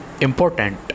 important